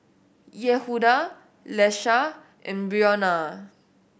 Yehuda Iesha and Breonna